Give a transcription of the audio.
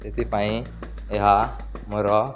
ସେଥିପାଇଁ ଏହା ମୋର